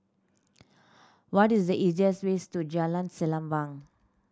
what is the easiest ways to Jalan Sembilang